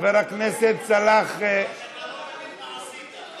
אתה לא מבין מה עשית.